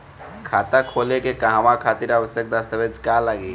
खाता खोले के कहवा खातिर आवश्यक दस्तावेज का का लगी?